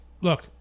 look